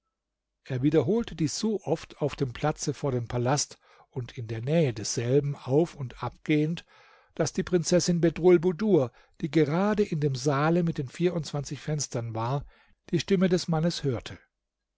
er wiederholte dies so oft auf dem platze vor dem palast und in der nähe desselben auf und abgehend daß die prinzessin bedrulbudur die gerade in dem saale mit den vierundzwanzig fenstern war die stimme des mannes hörte